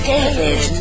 David